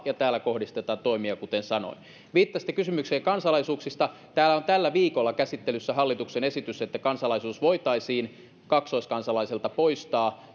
ja täällä kohdistetaan toimia kuten sanoin viittasitte kysymykseen kansalaisuuksista täällä on tällä viikolla käsittelyssä hallituksen esitys että kansalaisuus voitaisiin kaksoiskansalaiselta poistaa